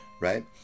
right